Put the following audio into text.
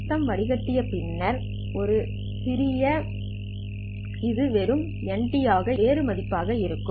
சத்தம் வடிகட்டிய பண்ணிய பிறகு இது வெறும் n ஆக இருக்காது வேறு பதிப்பாக இருக்கும்